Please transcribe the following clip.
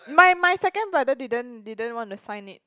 my my second brother didn't didn't want to sign it